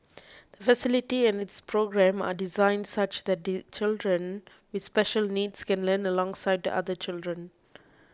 the facility and its programme are designed such that children with special needs can learn alongside other children